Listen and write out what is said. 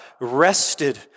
rested